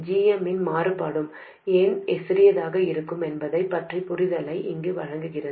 gm இன் மாறுபாடு ஏன் சிறியதாக இருக்கும் என்பதைப் பற்றிய புரிதலை இது வழங்குகிறது